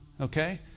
Okay